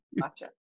Gotcha